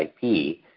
IP